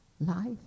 Life